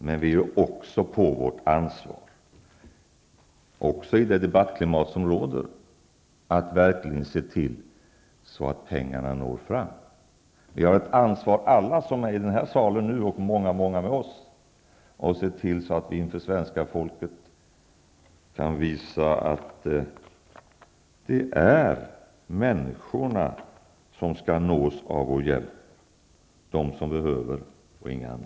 Men vi har också på vårt ansvar -- även i det debattklimat som nu råder -- att verkligen se till att pengarna når fram. Alla som är i den här salen nu och många med oss har ett ansvar för att se till att vi inför svenska folket kan visa att det är människorna, de som behöver och inga andra, som skall nås av vår hjälp.